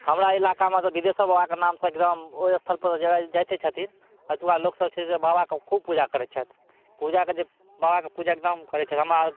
हमरा इलाकामे तऽ विदेश्वर बाबाके नाम सँ एकदम ओहि स्थल पर तऽ जाइते छथिन अतुका लोक सब छै से बाबाके खूब पूजा करै छथि पूजाके जे बाबाके पूजा एकदम करै छथि हमरा